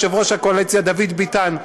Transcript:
יושב-ראש הקואליציה דוד ביטן,